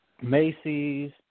Macy's